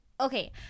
okay